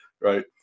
right